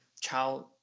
child